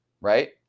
right